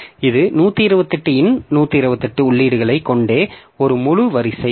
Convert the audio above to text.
எனவே இது 128 இன் 128 உள்ளீடுகளைக் கொண்ட ஒரு முழு வரிசை